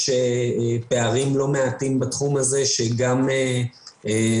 יש פערים לא מעטים בתחום הזה שגם בלי